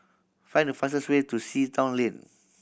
find the fastest way to Sea Town Lane